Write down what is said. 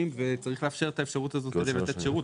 וצריך לאפשר את זה כדי לתת שירות,